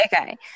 Okay